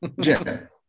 Jim